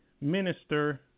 minister